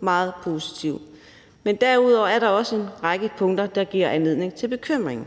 meget positivt. Derudover er der også en række punkter, der giver anledning til bekymring.